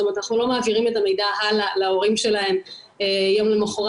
אנחנו לא מעבירים את המידע הלאה להורים שלהם יום למחרת.